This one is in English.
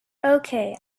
okay